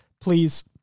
please